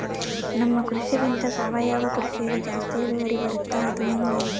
ನಮ್ಮ ಕೃಷಿಗಿಂತ ಸಾವಯವ ಕೃಷಿಯಲ್ಲಿ ಜಾಸ್ತಿ ಇಳುವರಿ ಬರುತ್ತಾ ಅದು ಹೆಂಗೆ?